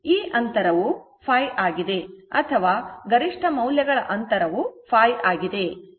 ಆದ್ದರಿಂದ ಈ ಅಂತರವು ϕ ಆಗಿದೆ ಅಥವಾ ಗರಿಷ್ಠ ಮೌಲ್ಯಗಳ ಅಂತರವು ϕ ಆಗಿದೆ